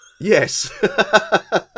Yes